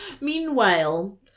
Meanwhile